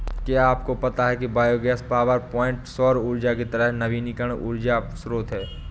क्या आपको पता है कि बायोगैस पावरप्वाइंट सौर ऊर्जा की तरह ही नवीकरणीय ऊर्जा स्रोत है